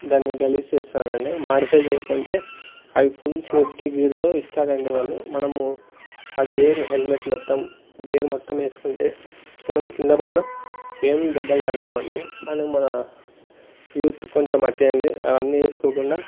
దాన్ని గలీజు చేస్తారు అండి మాడిఫై చేయకుంటే అవి ఫుల్ సేఫ్టీ గేర్తో ఇస్తారు అండి వాళ్ళు మనము ఆ గేర్ హెల్మెట్ మొత్తం గేర్ మొత్తం వేసుకుంటే మనం కింద పడిన ఏమి దెబ్బలు తగలవండి కానీ మన యూత్ కొంచెం అతి అండి అవన్నీ వేసుకోకుండా